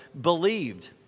believed